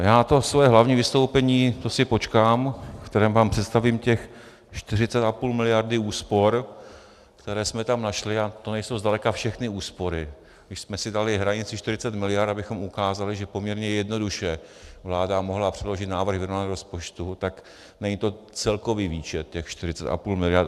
Já to své hlavní vystoupení, to si počkám, ve kterém vám představím těch 40,5 mld. úspor, které jsme tam našli, a to nejsou zdaleka všechny úspory, my jsme si dali hranici 40 mld., abychom ukázali, že poměrně jednoduše vláda mohla předložit návrh vyrovnaného rozpočtu, tak není to celkový výčet těch 40,5 mld.